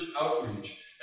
outreach